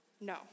no